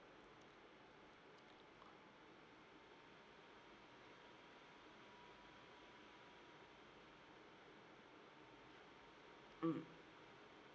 mm